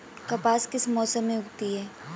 कपास किस मौसम में उगती है?